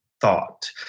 thought